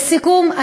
לסיכום,